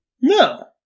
No